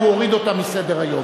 הוא הוריד אותה מסדר-היום.